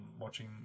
watching